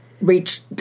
reach